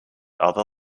other